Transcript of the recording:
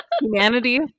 Humanity